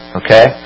okay